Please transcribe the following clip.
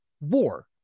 War